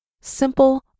simple